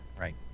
Right